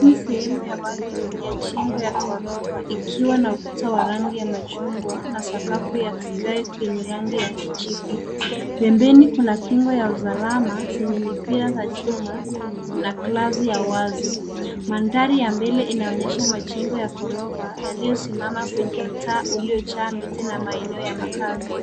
Hii ni sehemu ya balcony ya jimbo ya ghorofa ikiwa na ukuta wa rangi ya machungwa na sakafu ya vigae vyenye rangi ya kijivu. Pembeni kuna kingo ya usalama zenye mipira za chuma na glazi ya wazi. Mandhari ya mbele inaonyesha majengo ya ghorofa yaliyosimama kwenye mtaa uliyojaa miti na maeneo ya makazi.